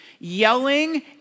Yelling